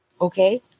Okay